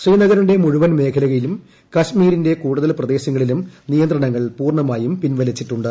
ശ്രീനഗറിന്റെ മുഴുവൻ മേഖലയിലും കാശ്മീരിന്റെ കൂടുതൽ പ്രദേശങ്ങളിലും നിയന്ത്രണങ്ങൾ പൂർണ്ണമായും പിൻവലിച്ചിട്ടുണ്ട്